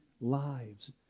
lives